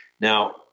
Now